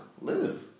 Live